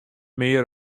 mear